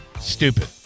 Stupid